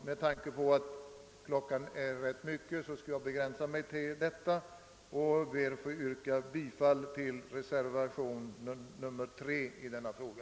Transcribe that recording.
Med tanke på att klockan är rätt mycket skall jag begränsa mig till detta och yrkar bifall till reservation III i denna fråga.